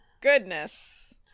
goodness